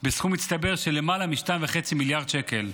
בסכום מצטבר של למעלה מ-2.5 מיליארד שקל.